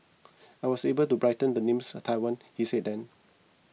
I was able to brighten the names Taiwan he said then